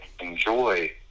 enjoy